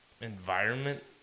environment